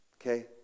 Okay